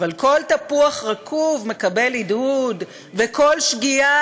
אבל כל תפוח רקוב מקבל הדהוד וכל שגיאה